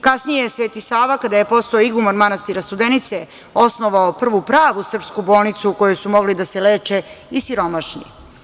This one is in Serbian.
Kasnije je Sveti Sava, kada je postao iguman manastira Studenica, osnovao prvu pravu srpsku bolnicu u kojoj su mogli da se leče i siromašni.